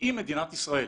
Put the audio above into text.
אם מדינת ישראל